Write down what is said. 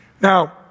Now